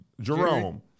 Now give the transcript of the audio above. Jerome